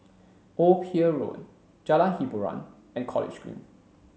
Old Pier Road Jalan Hiboran and College Green